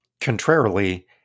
contrarily